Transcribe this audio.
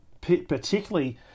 particularly